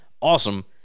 awesome